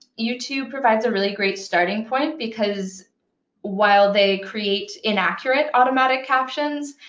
youtube provides a really great starting point, because while they create inaccurate automatic captions,